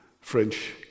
French